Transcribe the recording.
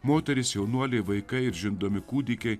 moterys jaunuoliai vaikai ir žindomi kūdikiai